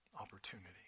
opportunity